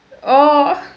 oh